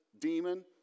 demon